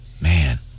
man